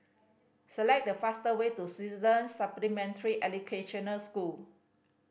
select the fastest way to Swedish Supplementary Educational School